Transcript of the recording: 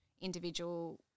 individual